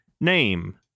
name